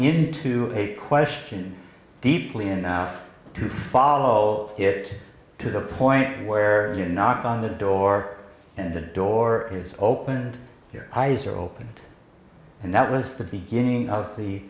into question deeply enough to follow it to the point where you knock on the door and the door is opened your eyes are opened and that was the beginning of the